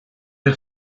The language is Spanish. del